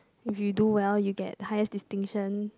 if you do well you get highest distinction